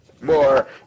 more